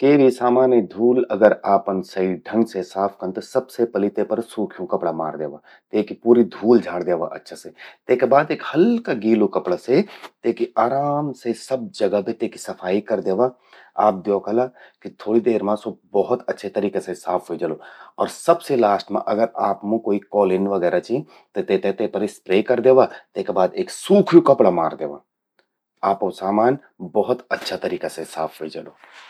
के भी सामाने धूल अगर आपन सही ढंग से साफ कन त सबसे पलि ते पर सूख्यूं कपड़ा मार द्यावा। तेकि पूरी धूल झाड़ द्यवा अच्छा से। तेका बाद एक हल्कू गीला कपड़ा से तेकी आराम से सब जगा बे तेकी सफाई करि द्यावा। आप द्योखला कि थोड़ि देर मां स्वो भौत अच्छा तरिका से साफ ह्वे जलु। और सबसे लास्ट मां अगर आपमूं कोई कॉलिन वगैरह चि, त तेते ते पर स्प्रे करि द्यवा। तेका बाद एक सूख्यूं कपड़ा मार द्यवा। आपो सामान भौत अच्छा तरिका से साफ ह्वे जलु।